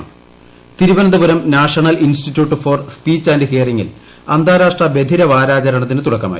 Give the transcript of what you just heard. നിഷ് Thiruvananthapuram national institute for speech and ഹിയറിംഗിൽ അന്താരാഷ്ട്ര ബധിരവാരാചണത്തിന് തുടക്കമായി